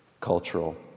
cultural